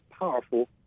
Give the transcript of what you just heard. powerful